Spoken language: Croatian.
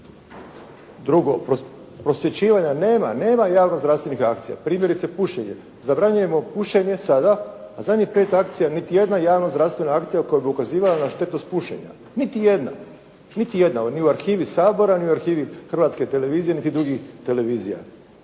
Drugo, prosvjećivanja nema, nema javno zdravstvenih akcija. Primjerice pušenje. Zabranjujemo pušenje sada, a zadnjih pet akcija niti jedna javno zdravstvena akcija koja bi ukazivala na štetnost pušenja, niti jedna. Ni u arhivi Sabora, ni u arhivi Hrvatske televizije niti drugih televizija.